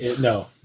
No